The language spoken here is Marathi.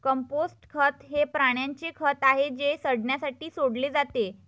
कंपोस्ट खत हे प्राण्यांचे खत आहे जे सडण्यासाठी सोडले जाते